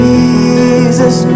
Jesus